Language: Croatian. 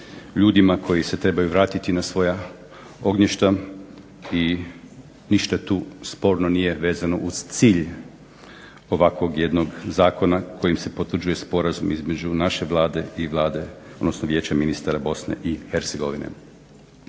ljudima koji se trebaju vratiti na svoja ognjišta i ništa tu sporno nije vezano uz cilj ovakvog jednog zakona kojim se potvrđuje sporazum između naše Vlade i vlade, odnosno Vijeća ministara Bosne i Hercegovine.